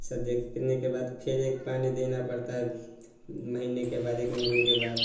सब देखने के बाद फ़िर एक पानी देना पड़ता है महीने के बाद एक महीने के बाद